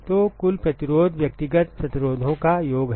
तो कुल प्रतिरोध व्यक्तिगत प्रतिरोधों का योग है